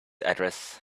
address